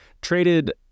traded